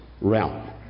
realm